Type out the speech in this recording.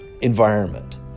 environment